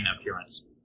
appearance